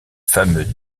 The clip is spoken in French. fameux